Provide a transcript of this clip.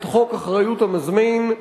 את חוק אחריות המזמין,